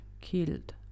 killed